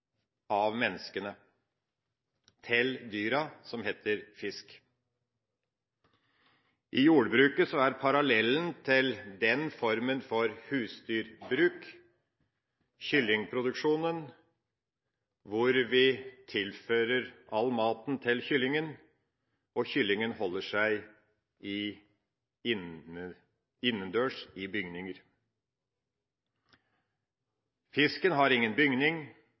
av menneskene – til dyra som heter fisk. I jordbruket er parallellen til den formen for husdyrbruk kyllingproduksjon, hvor vi tilfører all maten til kyllingen, og kyllingen holder seg innendørs i bygninger. Fisken har ingen bygning.